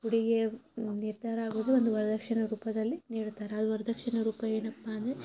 ಹುಡುಗಿಯ ನಿರ್ಧಾರ ಆಗೋದು ಒಂದು ವರದಕ್ಷಿಣೆ ರೂಪದಲ್ಲಿ ನೀಡುತ್ತಾರೆ ಅದು ವರದಕ್ಷಿಣೆ ರೂಪ ಏನಪ್ಪ ಅಂದರೆ